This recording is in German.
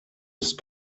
ist